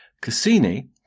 Cassini